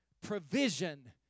provision